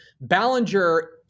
Ballinger